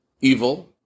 evil